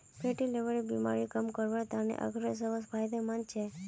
fatty लीवरेर बीमारी कम करवार त न अखरोट सबस फायदेमंद छेक